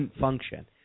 function